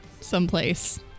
someplace